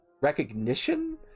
recognition